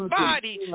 body